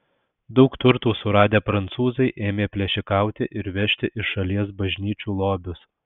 daug turtų suradę prancūzai ėmė plėšikauti ir vežti iš šalies bažnyčių lobius